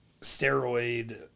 steroid